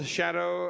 Shadow